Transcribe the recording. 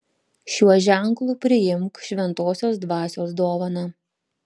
šiuo ženklu priimk šventosios dvasios dovaną